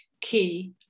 key